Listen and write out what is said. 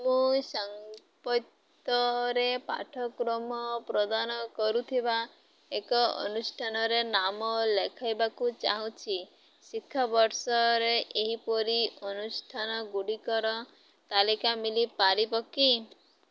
ମୁଁ ସ୍ଥାପତ୍ୟରେ ପାଠ୍ୟକ୍ରମ ପ୍ରଦାନ କରୁଥିବା ଏକ ଅନୁଷ୍ଠାନରେ ନାମ ଲେଖାଇବାକୁ ଚାହୁଁଛି ଶିକ୍ଷାବର୍ଷରେ ଏହିପରି ଅନୁଷ୍ଠାନଗୁଡ଼ିକର ତାଲିକା ମିଳିପାରିବ କି